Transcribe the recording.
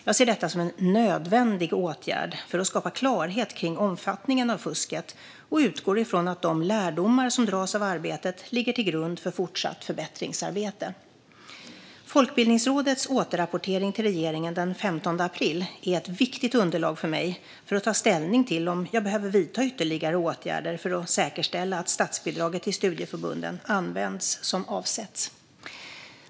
Jag ser detta som en nödvändig åtgärd för att skapa klarhet kring omfattningen av fusket och utgår från att de lärdomar som dras av arbetet ligger till grund för fortsatt förbättringsarbete. Folkbildningsrådets återrapportering till regeringen den 15 april är ett viktigt underlag för mig när jag ska ta ställning till om jag behöver vidta ytterligare åtgärder för att säkerställa att statsbidraget till studieförbund används som avsett.